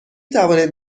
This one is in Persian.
توانید